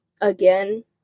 again